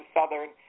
Southern